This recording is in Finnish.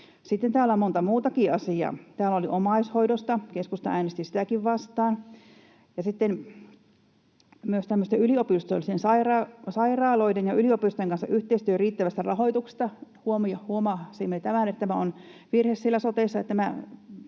Sitten täällä on monta muutakin asiaa. Täällä oli omaishoidosta, ja keskusta äänesti sitäkin vastaan. Sitten oli myös tämmöisestä yliopistollisten sairaaloiden ja yliopistojen yhteistyön riittävästä rahoituksesta. Kun huomasimme, että tämä on virhe siellä